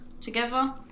together